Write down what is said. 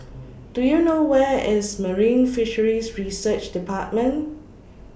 Do YOU know Where IS Marine Fisheries Research department